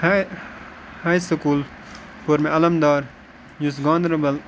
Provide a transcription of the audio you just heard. ہاے ہاے سکوٗل کوٚر مےٚ علَمدار یُس گاندَربَل